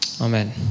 Amen